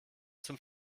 zum